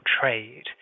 trade